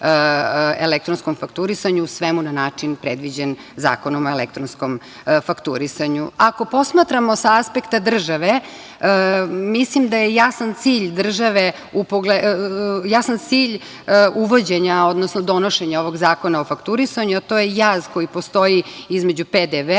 elektronskom fakturisanju u svemu na način predviđen Zakonom o elektronskom fakturisanju. Ako posmatramo sa aspekta države, mislim da je jasan cilj uvođenja, odnosno donošenja ovog Zakona o fakturisanju, a to je jaz koji postoji između PDV-a,